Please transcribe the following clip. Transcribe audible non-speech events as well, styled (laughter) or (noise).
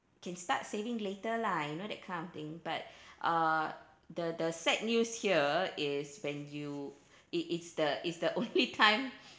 can start saving later lah you know that kind of thing but (breath) uh the the sad news here is when you it it's the it's the only time